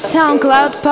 SoundCloud